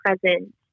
present